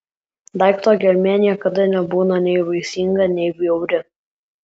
daikto gelmė niekada nebūna nei baisinga nei bjauri